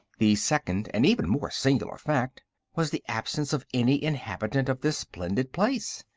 the second and even more singular fact was the absence of any inhabitant of this splendid place.